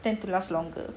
tend to last longer